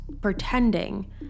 pretending